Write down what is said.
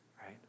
right